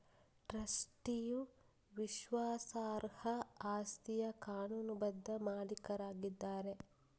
ಟ್ರಸ್ಟಿಯು ವಿಶ್ವಾಸಾರ್ಹ ಆಸ್ತಿಯ ಕಾನೂನುಬದ್ಧ ಮಾಲೀಕರಾಗಿದ್ದಾರೆ